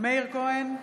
מאיר כהן,